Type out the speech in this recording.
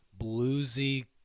bluesy